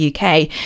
UK